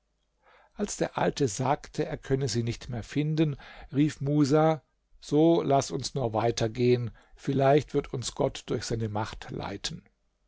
als der alte sagte er könne sie nicht mehr finden rief musa so laß uns nur weiter gehen vielleicht wird uns gott durch seine macht leiten